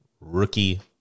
rookie